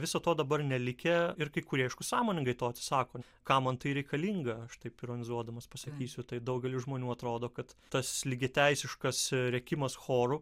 viso to dabar nelikę ir kai kurie aišku sąmoningai to atsisako kam man tai reikalinga aš taip ironizuodamas pasakysiu tai daugeliui žmonių atrodo kad tas lygiateisiškas rėkimas choru